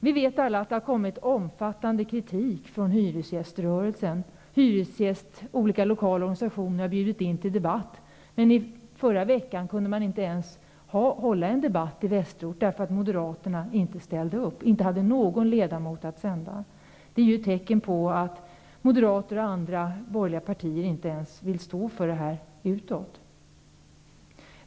Vi vet alla att kritiken från hyresgäströrelsen har varit omfattande. Olika lokala organisationer har bjudit in till debatt. Men förra veckan kunde man inte ens hålla någon debatt i Västerort, eftersom Moderaterna inte hade någon ledamot att sända. Detta är ett tecken på att moderater och andra borgerliga partier inte ens vill stå för förslaget utåt.